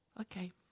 okay